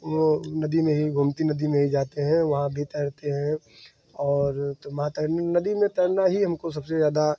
वो नदी में ही गोमती नदी में ही जाते हैं वहाँ भी तैरते हैं और तो तैर वहाँ नदी में तैरना ही हमको सबसे ज़्यादा